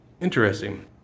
Interesting